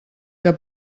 que